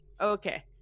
Okay